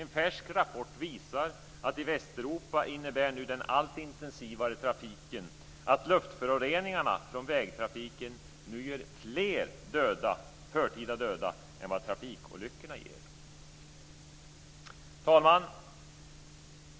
En färsk rapport visar att i Västeuropa innebär den allt intensivare trafiken att luftföroreningarna från vägtrafiken nu ger fler förtida döda än vad trafikolyckorna ger. Fru talman!